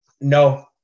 No